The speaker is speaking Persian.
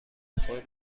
خود